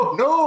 no